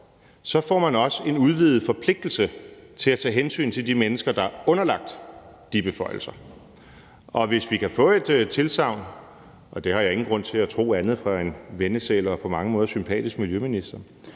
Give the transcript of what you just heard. får man også en udvidet forpligtelse til at tage hensyn til de mennesker, der er underlagt de beføjelser. Hvis vi kan få et tilsagn, og det har jeg ingen grund til at tro andet end fra en vennesæl og på mange måder sympatisk miljøminister,